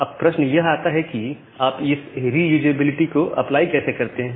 अब प्रश्न यह आता है कि आप इस रीयूजेएबिलिटी को अप्लाई कैसे करते हैं